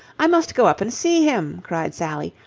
i must go up and see him, cried sally.